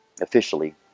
officially